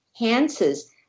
enhances